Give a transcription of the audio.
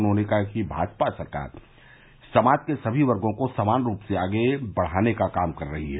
उन्होंने कहा कि भाजपा सरकार समाज के समी वर्गो को समान रूप से आगे बढाने का काम कर रही है